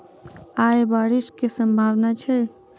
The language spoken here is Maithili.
आय बारिश केँ सम्भावना छै?